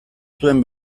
zuen